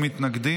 106)